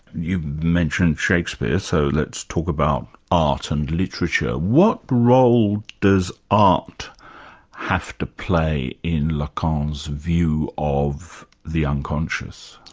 you've mentioned shakespeare, so let's talk about art and literature. what role does art have to play in lacan's view of the unconscious?